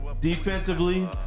Defensively